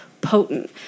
potent